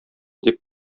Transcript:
дип